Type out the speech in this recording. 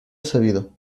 sabido